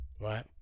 right